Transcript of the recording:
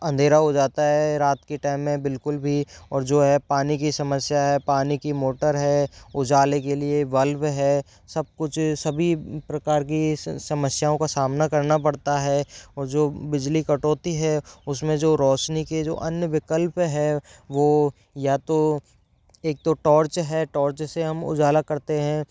अंधेरा हो जाता है रात के टाइम में बिल्कुल भी और जो है पानी की समस्या है पानी की मोटर है उजाले के लिए बल्ब है सब कुछ सभी प्रकार की समस्याओं का सामना करना पड़ता है और जो बिजली कटौती है उसमें जो रौशनी के जो अन्य विकल्प है वह या तो एक तो टॉर्च है टॉर्च से हम उजाला करते हैं